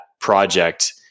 project